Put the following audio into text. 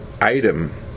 Item